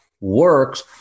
works